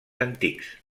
antics